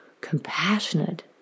compassionate